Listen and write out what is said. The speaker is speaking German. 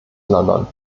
london